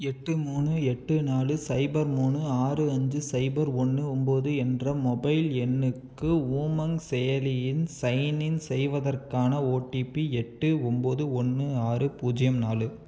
எட்டு மூணு எட்டு நாலு சைபர் மூணு ஆறு அஞ்சு சைபர் ஒன்று ஒம்போது என்ற மொபைல் எண்ணுக்கு ஊமங் செயலியின் சைனின் செய்வதற்கான ஓடிபி எட்டு ஒம்போது ஒன்று ஆறு பூஜ்ஜியம் நாலு